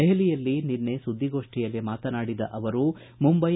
ದೆಹಲಿಯಲ್ಲಿ ನಿನ್ನೆ ಸುದ್ದಿಗೋಷ್ಟಿಯಲ್ಲಿ ಮಾತನಾಡಿದ ಅವರು ಮುಂಬೈ